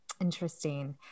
Interesting